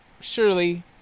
surely